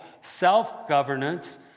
self-governance